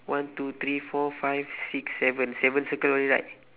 one two three four five six seven seven circle only right